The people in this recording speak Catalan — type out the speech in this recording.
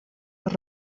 per